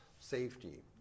safety